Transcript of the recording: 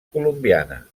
colombiana